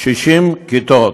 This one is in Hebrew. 60 כיתות.